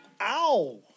Ow